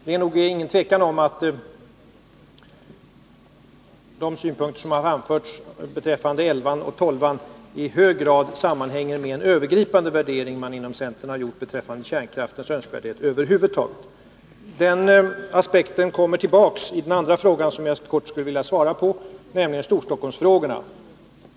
Det är inget tvivel om att de synpunkter som har framförts beträffande reaktorerna 11 och 12 i hög grad sammanhänger med en övergripande värdering som man inom centern har gjort i fråga om kärnkraftens önskvärdhet över huvud taget. Denna aspekt kommer tillbaka i den andra fråga som jag kort skulle vilja svara på, nämligen den om Storstockholm.